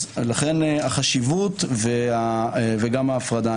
לכן החשיבות וגם ההפרדה.